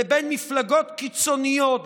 לבין מפלגות קיצוניות,